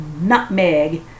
nutmeg